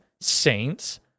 saints